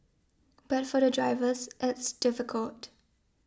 but for the drivers it's difficult